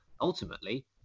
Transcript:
ultimately